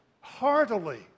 Heartily